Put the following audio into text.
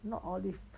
not olive